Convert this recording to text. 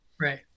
Right